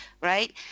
right